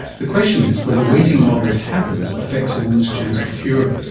the question is whether waiting while this happens affects a woman's chance of cure?